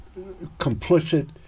complicit